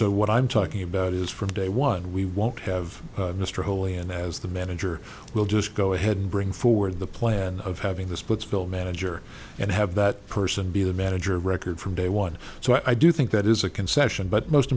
so what i'm talking about is from day one we won't have mr holy and as the manager will just go ahead and bring forward the plan of having this puts bill manager and have that person be the manager of record from day one so i do think that is a concession but most